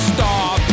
Stop